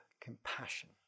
compassion